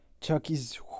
Chucky's